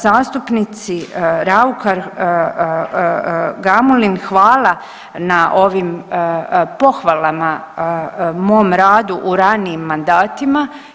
Zastupnici Raukar Gamulin hvala na ovim pohvalama mom radu u ranijim mandatima.